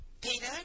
Peter